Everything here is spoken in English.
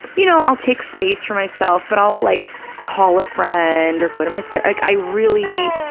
you know, i'll take space for myself, but i'll like call a friend or go to my ther, like i really,